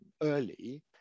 early